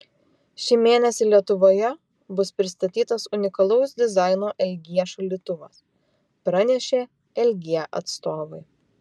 šį mėnesį lietuvoje bus pristatytas unikalaus dizaino lg šaldytuvas pranešė lg atstovai